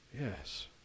yes